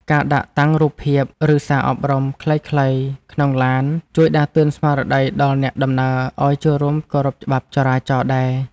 ការដាក់តាំងរូបភាព ឬសារអប់រំខ្លីៗក្នុងឡានជួយដាស់តឿនស្មារតីដល់អ្នកដំណើរឱ្យចូលរួមគោរពច្បាប់ចរាចរណ៍ដែរ។